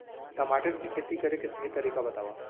टमाटर की खेती करे के सही तरीका बतावा?